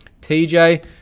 TJ